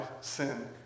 sin